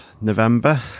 November